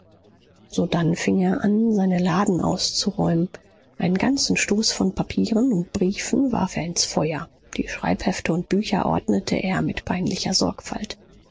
sodann fing er an seine laden auszuräumen einen ganzen stoß von papieren und briefen warf er ins feuer die schreibhefte und bücher ordnete er mit peinlicher sorgfalt